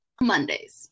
mondays